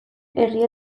herri